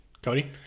Cody